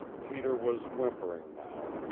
peter was whimpering now,